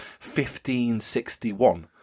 1561